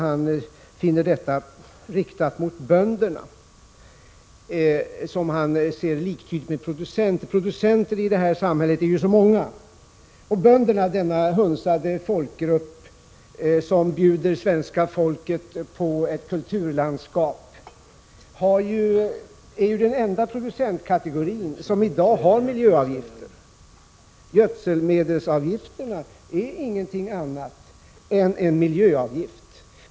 Han finner detta riktat mot bönderna, som han likställer med producenter. Men producenterna i det här samhället är ju många. Bönderna, denna hunsade folkgrupp som bjuder svenska folket på ett kulturlandskap, är den enda producentkategori i dag som har att betala miljöavgifter. Gödselmedelsavgifter är ingenting annat än en miljöavgift.